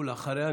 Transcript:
ואחריה,